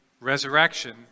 resurrection